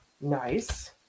Nice